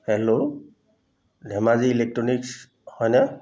hello Dhemaji electronics হয়নে